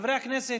חברי הכנסת,